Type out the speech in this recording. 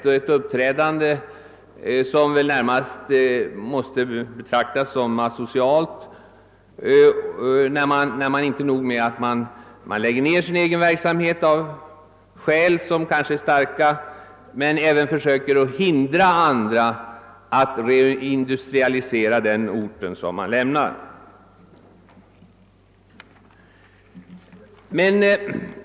Det måste väl närmast betraktas som asocialt att inte bara lägga ned sin egen verksamhet, kanske av skäl som är starka, utan även försöka hindra andra att reindustrialisera den ort man lämnar.